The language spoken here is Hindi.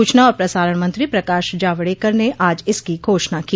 सूचना और प्रसारण मंत्री प्रकाश जावडेकर ने आज इसकी घोषणा की